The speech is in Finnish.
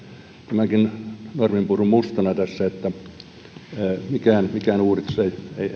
tämänkin norminpurun tässä mustana eikä mikään uudistus